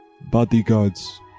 bodyguards